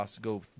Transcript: go